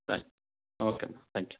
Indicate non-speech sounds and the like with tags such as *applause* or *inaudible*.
*unintelligible* okay ಮ thank you